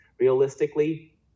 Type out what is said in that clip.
Realistically